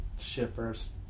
shippers